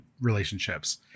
relationships